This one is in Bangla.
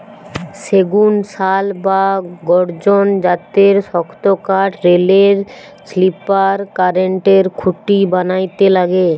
সেগুন, শাল বা গর্জন জাতের শক্তকাঠ রেলের স্লিপার, কারেন্টের খুঁটি বানাইতে লাগে